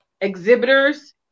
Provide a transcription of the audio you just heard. exhibitors